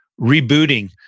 rebooting